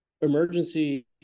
Emergency